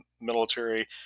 military